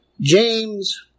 James